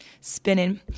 spinning